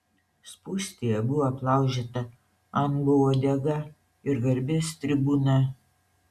spūstyje buvo aplaužyta anbo uodega ir garbės tribūna